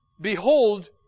behold